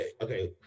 okay